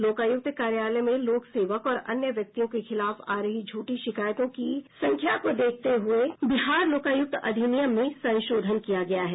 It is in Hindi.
लोकायुक्त कार्यालय में लोक सेवक और अन्य व्यक्तियों के खिलाफ आ रही झुठी शिकायतों की संख्या को देखते हुए बिहार लोकायुक्त अधिनियम में संशोधन किया गया है